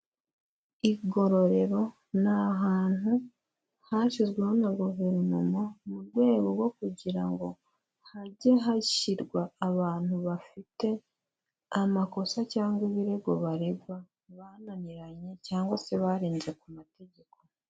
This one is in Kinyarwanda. Igororero ni ahantu hashyizweho na guverinoma mu rwego rwo kugira ngo hajye hashyirwa abantu bafite amakosa cyangwa ibirego baregwa, bananiranye cyangwa se barenze ku mategeko.